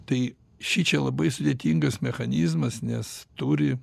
tai šičia labai sudėtingas mechanizmas nes turi